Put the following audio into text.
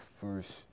first